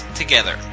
together